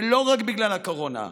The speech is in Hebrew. ולא רק בגלל הקורונה.